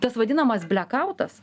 tas vadinamas blekautas